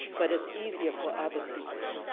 but it's easier for other people.